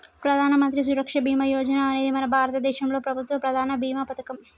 ప్రధానమంత్రి సురక్ష బీమా యోజన అనేది మన భారతదేశంలో ప్రభుత్వ ప్రధాన భీమా పథకం